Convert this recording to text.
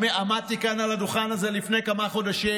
עמדתי כאן על הדוכן הזה לפני כמה חודשים,